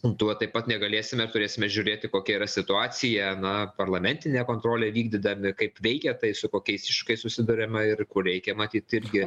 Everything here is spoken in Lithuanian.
tuo taip pat negalėsime ir turėsime žiūrėti kokia yra situacija na parlamentinę kontrolę vykdydami kaip veikia tai su kokiais iššūkiais susiduriama ir kur reikia matyt irgi